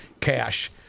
cash